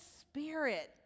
Spirit